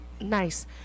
Nice